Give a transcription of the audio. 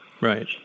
Right